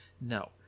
no